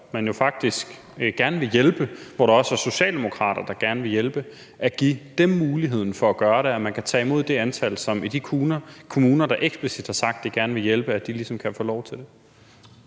man jo faktisk gerne vil hjælpe, og hvor der også er socialdemokrater, der gerne vil hjælpe, giver dem muligheden for at gøre det, altså at man kan tage imod et antal? Så de kommuner, der eksplicit har sagt, at de gerne vil hjælpe, ligesom kan få lov til det.